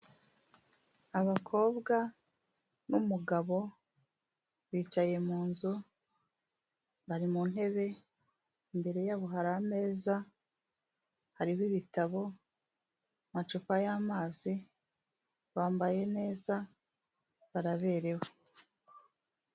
Abakobwa n'umugabo bicaye munzu bari mu ntebe, imbere yabo hari ameza, hariho ibitabo, amacupa y'amazi, bambaye neza, baraberewe.